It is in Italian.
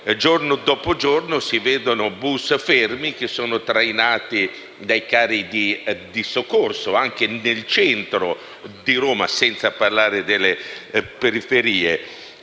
giorno dopo giorno si vedono bus fermi, trainati dai carri di soccorso, anche nel centro di Roma, senza parlare delle periferie.